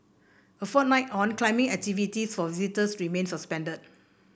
a fortnight on climbing activities for visitors remain suspended